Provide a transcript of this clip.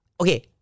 Okay